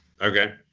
Okay